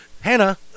Hannah